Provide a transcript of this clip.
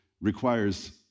requires